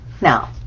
Now